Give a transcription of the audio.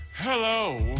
Hello